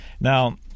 Now